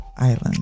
island